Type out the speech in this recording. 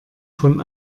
von